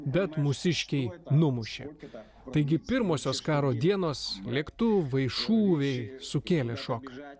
bet mūsiškiai numušė taigi pirmosios karo dienos lėktuvai šūviai sukėlė šoką